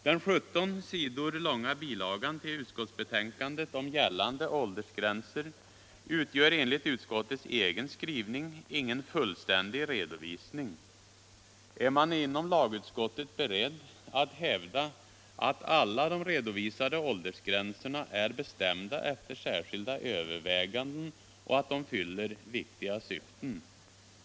Den 18 sidor långa bilagan till utskottsbetänkandet om gällande åldersgränser utgör enligt utskottets egen skrivning ingen fullständig redovisning. Är man inom lagutskottet beredd att hävda att alla de redovisade åldersgränserna är bestämda efter särskilda överväganden och att de fyller viktiga syften?